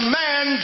man